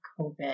COVID